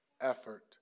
effort